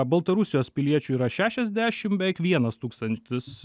baltarusijos piliečių yra šešiasdešim beveik vienas tūkstantis